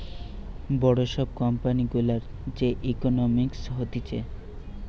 বড় সব কোম্পানি গুলার যে ইকোনোমিক্স হতিছে